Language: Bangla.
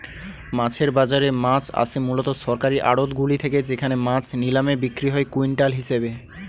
মাছের বাজারে মাছ আসে মূলত সরকারি আড়তগুলি থেকে যেখানে মাছ নিলামে বিক্রি হয় কুইন্টাল হিসেবে